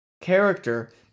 character